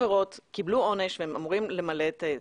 קיבלו עונש והם אמורים למלא את זה,